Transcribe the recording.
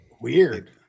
weird